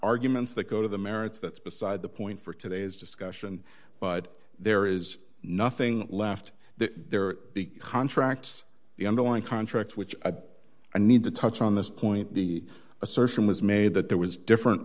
arguments that go to the merits that's beside the point for today's discussion but there is nothing left that there are big contracts the underlying contracts which a need to touch on this point the assertion was made that there was different